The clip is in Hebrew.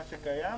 שקיים.